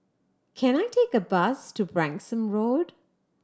can I take a bus to Branksome Road